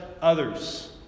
others